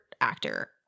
actor